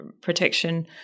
protection